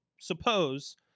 suppose